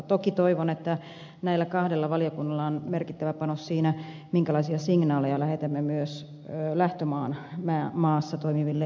toki toivon että näillä kahdella valiokunnalla on merkittävä panos siinä minkälaisia signaaleja lähetämme myös lähtömaassa toimiville ihmiskauppiaille